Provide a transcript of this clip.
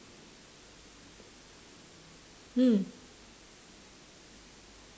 mm